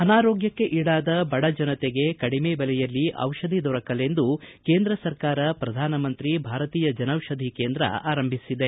ಅನಾರೋಗ್ಲಕ್ಷೆ ಈಡಾದ ಬಡ ಜನತೆಗೆ ಕಡಿಮೆ ಬೆಲೆಯಲ್ಲಿ ಚಿಷಧಿ ದೊರಕಲೆಂದು ಕೇಂದ್ರ ಸರಕಾರ ಪ್ರಧಾನ ಮಂತ್ರಿ ಭಾರತೀಯ ಜನ ಚಿಷಧಿ ಕೇಂದ್ರ ಆರಂಭಿಸಿದೆ